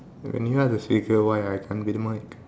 if you are the speaker why I can't be the mic